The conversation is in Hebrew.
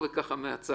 למה לא?